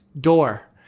door